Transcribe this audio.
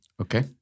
Okay